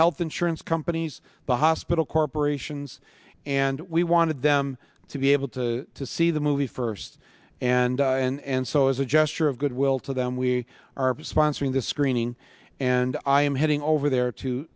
health insurance companies the hospital corporations and we wanted them to be able to to see the movie first and and so as a gesture of goodwill to them we are sponsoring the screening and i am heading over there to